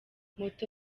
moto